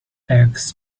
eggs